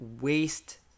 waste